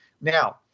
Now